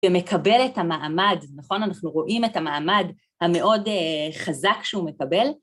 ומקבל את המעמד, נכון? אנחנו רואים את המעמד המאוד חזק שהוא מקבל.